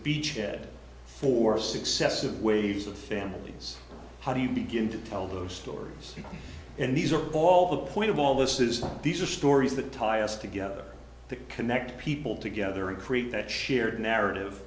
beachhead for successive waves of families how do you begin to tell those stories and these are all the point of all this is that these are stories that tie us together to connect people together and create that shared narrative